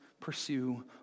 pursue